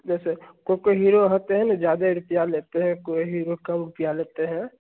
जैसे कोई कोई हीरो होते हैं ना ज़्यादा रुपये लेते हैं कोई हीरो कम रुपये लेते हैं